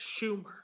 Schumer